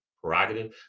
prerogative